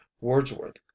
wordsworth